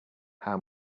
how